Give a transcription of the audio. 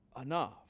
enough